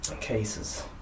cases